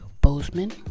Bozeman